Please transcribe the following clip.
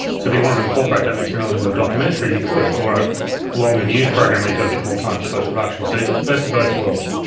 so if you wanted to incorporate that material into a documentary, you could, or a longer news program where you've got a bit more time for post-production. so you get the best of both worlds.